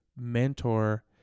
mentor